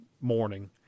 morning